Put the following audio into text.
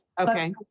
okay